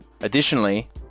Additionally